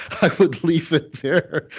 i would leave it there